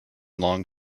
long